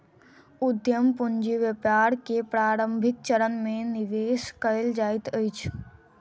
उद्यम पूंजी व्यापार के प्रारंभिक चरण में निवेश कयल जाइत अछि